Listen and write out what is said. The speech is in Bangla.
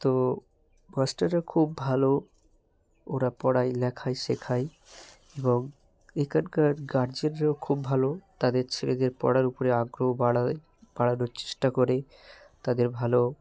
তো মাস্টাররা খুব ভালো ওরা পড়ায় লেখায় শেখায় এবং এখানকার গার্জেনরাও খুব ভালো তাদের ছেলেদের পড়ার উপরে আগ্রহ বাড়ায় বাড়ানোর চেষ্টা করে তাদের ভালো